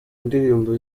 ndirimbo